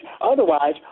Otherwise